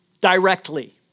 directly